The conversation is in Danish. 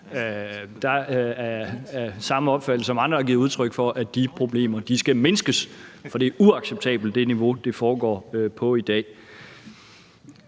jeg af samme opfattelse, som andre har givet udtryk for, nemlig at de problemer skal mindskes. For det niveau, det foregår på i dag,